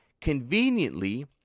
conveniently